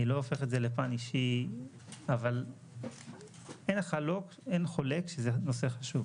אני לא הופך את זה לפן אישי אבל אין חולק שזה נושא חשוב.